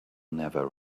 never